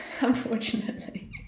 unfortunately